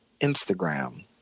Instagram